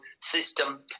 system